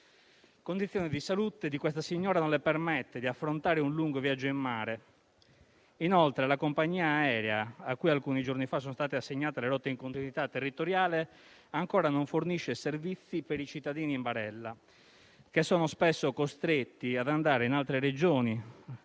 Le condizioni di salute di questa signora non le permettono di affrontare un lungo viaggio in mare. Inoltre, la compagnia aerea, a cui alcuni giorni fa sono state assegnate le rotte in continuità territoriale, ancora non fornisce servizi per i cittadini in barella, che sono spesso costretti ad andare in altre Regioni